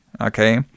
okay